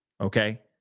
okay